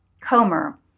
Comer